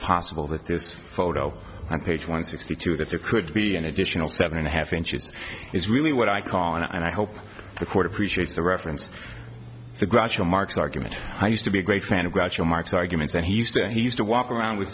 possible that this photo on page one sixty two that there could be an additional seven and a half inches is really what i call and i hope the court appreciates the reference to groucho marx argument i used to be a great fan of groucho marx arguments and he used to he used to walk around with